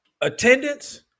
Attendance